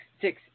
six